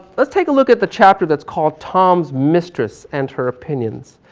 let's take a look at the chapter that's called, tom's mistress and her opinions.